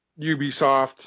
Ubisoft